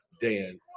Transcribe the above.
Dan